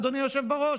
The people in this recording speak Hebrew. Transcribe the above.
אדוני היושב בראש,